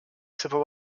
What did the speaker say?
civil